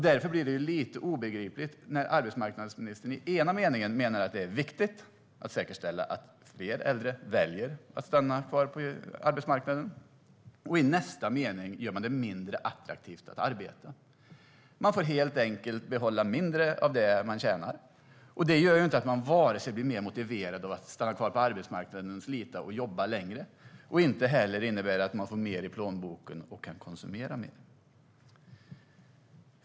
Det blir lite obegripligt när arbetsmarknadsministern i ena meningen menar att det är viktigt att säkerställa att fler äldre väljer att stanna kvar på arbetsmarknaden och i nästa mening försvarar att man gör det mindre attraktivt att arbeta. Människor får helt enkelt behålla mindre av det de tjänar. Det gör inte att de blir mer motiverade att stanna kvar på arbetsmarknaden och slita och jobba längre. Det innebär heller inte att de får mer i plånboken och kan konsumera mer.